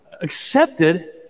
accepted